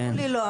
אמרו לי לא.